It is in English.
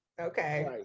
okay